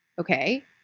Okay